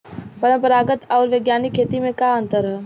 परंपरागत आऊर वैज्ञानिक खेती में का अंतर ह?